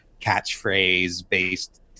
catchphrase-based